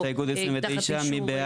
ולא תחת אישור,